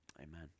Amen